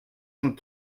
cent